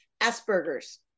Asperger's